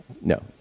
no